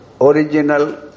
original